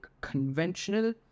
conventional